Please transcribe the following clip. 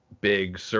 big